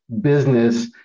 business